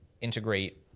integrate